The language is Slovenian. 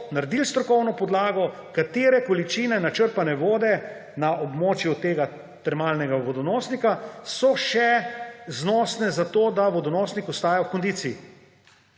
naredili strokovno podlago, katere količine načrpane vode na območju tega termalnega vodonosnika so še znosne za to, da vodonosnik ostaja v kondiciji.